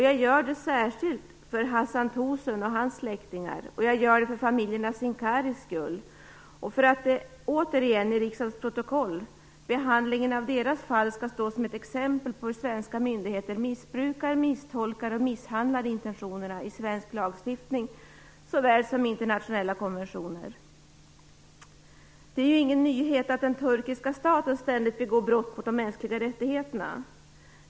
Jag gör det särskilt för Hasan Tosun och hans släktingar, och jag gör det för familjerna Sincaris skull. Jag gör det för att behandlingen av deras fall återigen i riksdagens protokoll skall stå som ett exempel på hur svenska myndigheter missbrukar, misstolkar och misshandlar intentionerna i såväl svensk lagstiftning som internationella konventioner. Det är ingen nyhet att den turkiska staten ständigt begår brott mot de mänskliga rättigheterna.